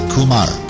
Kumar